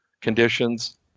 conditions